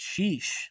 sheesh